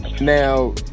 now